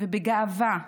ובגאווה